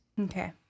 Okay